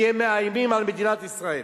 כי הם מאיימים על מדינת ישראל.